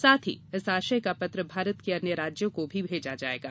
साथ ही इस आशय का पत्र भारत के अन्य राज्यों को भी भेजा जाएगा